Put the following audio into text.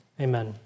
Amen